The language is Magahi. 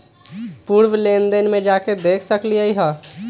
पूर्व लेन देन में जाके देखसकली ह?